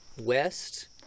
west